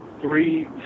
three